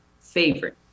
Favorite